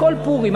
הכול פורים.